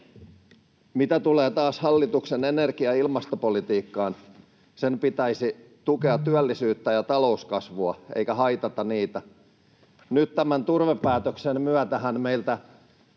Mitä taas tulee hallituksen energia‑ ja ilmastopolitiikkaan, sen pitäisi tukea työllisyyttä ja talouskasvua eikä haitata niitä. Nyt tämän turvepäätöksen myötähän meiltä